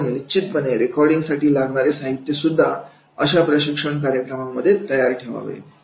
म्हणून निश्चितपणे रेकॉर्डिंगसाठी लागणारी साहित्यसुद्धा अशा प्रशिक्षण कार्यक्रमांमध्ये तयार ठेवावेत